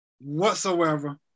whatsoever